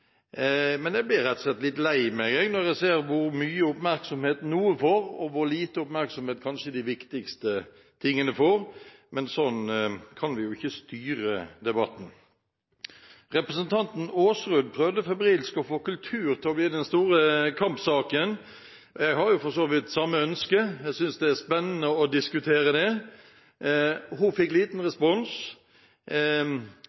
men jeg blir rett og slett litt lei meg når jeg ser hvor mye oppmerksomhet noe får, og hvor lite oppmerksomhet de kanskje viktigste sakene får, men sånn kan vi ikke styre debatten. Representanten Aasrud prøvde febrilsk å få kultur til å bli den store kampsaken. Jeg har for så vidt samme ønske, for jeg synes det er spennende å diskutere det. Hun fikk liten